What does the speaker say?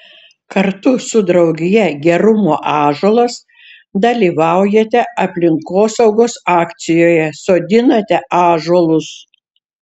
kartu su draugija gerumo ąžuolas dalyvaujate aplinkosaugos akcijoje sodinate ąžuolus